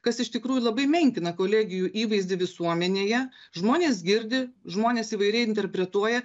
kas iš tikrųjų labai menkina kolegijų įvaizdį visuomenėje žmonės girdi žmonės įvairiai interpretuoja